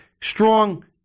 strong